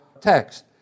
text